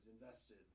invested